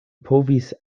povis